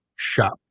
shop